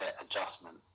adjustment